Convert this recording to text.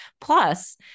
Plus